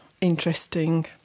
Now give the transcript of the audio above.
interesting